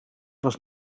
was